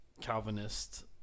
Calvinist